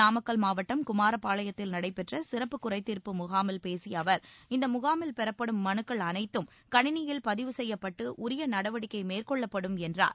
நாமக்கல் மாவட்டம் குமாரபாளையத்தில் நடைபெற்ற சிறப்பு குறைதீர்ப்பு முகாமில் பேசிய அவர் இந்த முகாமில் பெறப்படும் மனுக்கள் அனைத்தும் கணினியில் பதிவு செய்யப்பட்டு உரிய நடவடிக்கை மேற்கொள்ளப்படும் என்றார்